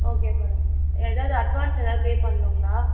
okay madam எதாவது advance எதாவது pay பண்ணுங்களா